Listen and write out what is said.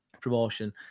Promotion